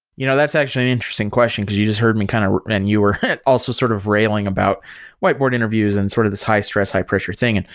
you know that's actually an interesting question, because you just heard me kind of and you were also sort of railing about whiteboard interviews and sort of this high-stress, high pressure thing. and